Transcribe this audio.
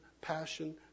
passion